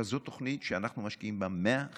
זו תוכנית שאנחנו משקיעים בה 150